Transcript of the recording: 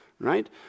right